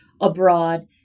abroad